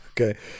okay